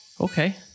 Okay